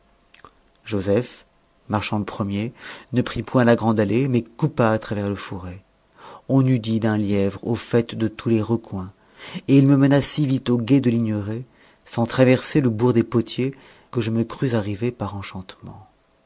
joseph marchant le premier ne prit point la grande allée mais coupa à travers le fourré on eût dit d'un lièvre au fait de tous les recoins et il me mena si vite au gué de l'igneraie sans traverser le bourg des potiers que je me crus arrivé par enchantement